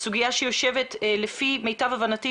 סוגיה שיושבת לפי מיטב הבנתי,